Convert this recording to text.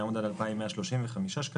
הסכום יעמוד על 2,135 שקלים,